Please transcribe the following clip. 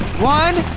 one.